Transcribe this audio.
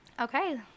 okay